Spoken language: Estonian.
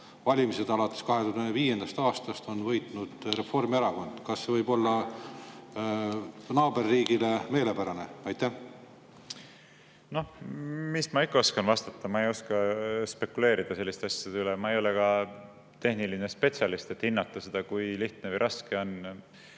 valimised alates 2005. aastast on võitnud Reformierakond? Kas see võib olla naaberriigile meelepärane? No mis ma ikka oskan vastata. Ma ei oska spekuleerida selliste asjade üle. Ma ei ole ka tehniline spetsialist, et hinnata seda, kui lihtne või raske on